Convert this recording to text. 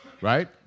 Right